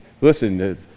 Listen